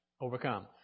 Overcome